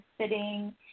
sitting